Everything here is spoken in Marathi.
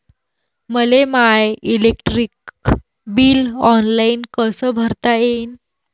मले माय इलेक्ट्रिक बिल ऑनलाईन कस भरता येईन?